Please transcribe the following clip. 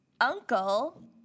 Uncle